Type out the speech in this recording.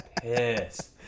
pissed